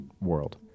world